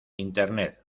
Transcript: internet